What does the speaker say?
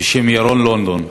בשם ירון לונדון,